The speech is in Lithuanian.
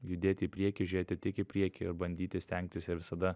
judėt į priekį žiūrėti tik į priekį ir bandyti stengtis ir visada